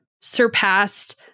surpassed